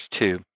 two